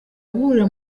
guhurira